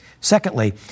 Secondly